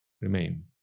remain